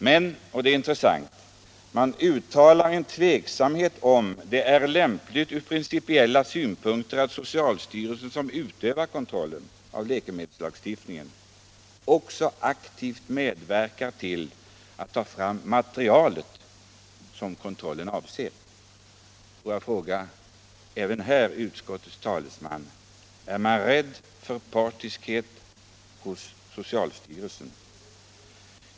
Men — och det är intressant — man uttalar en tveksamhet om huruvida det är lämpligt ur principiella synpunkter att socialstyrelsen, som utövar kontrollen av läkemedelslagstiftningen, också aktivt medverkar till att ta fram materialet som kontrollen avser. Får jag även här fråga utskottets talesmän: Är ni rädda för partiskhet hos socialstyrelsen?